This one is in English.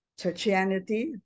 churchianity